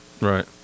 Right